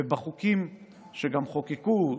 ובחוקים שגם חוקקו,